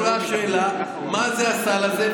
עולה השאלה מה זה הסל הזה,